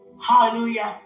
Hallelujah